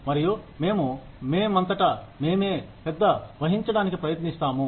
మరియు మేము మేమoతట మేమే పెద్ద వహించడానికి ప్రయత్నిస్తాము